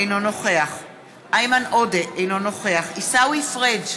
אינו נוכח איימן עודה, אינו נוכח עיסאווי פריג'